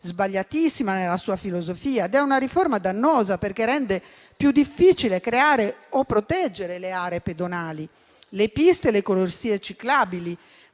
sbagliatissima nella sua filosofia ed è dannosa, perché rende più difficile creare o proteggere le aree pedonali, le piste e le corsie ciclabili,